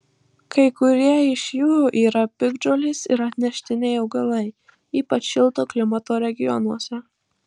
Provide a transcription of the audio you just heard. kai kurie iš jų yra piktžolės ir atneštiniai augalai ypač šilto klimato regionuose